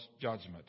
judgment